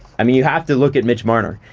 i mean you have to look at mitch marner,